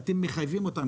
אתם מחייבים את הנוסעים,